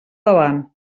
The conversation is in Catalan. davant